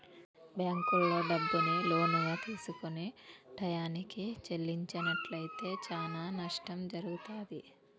బ్యేంకుల్లో డబ్బుని లోనుగా తీసుకొని టైయ్యానికి చెల్లించనట్లయితే చానా నష్టం జరుగుతాది